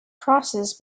crosses